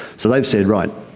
so they've said, right,